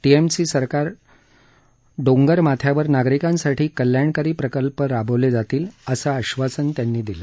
TMC सरकार डोंगरमाथ्यावर नागरिकांसाठी कल्याणकारी प्रकल्प राबवले जातील असं आश्वासन त्यांनी दिलं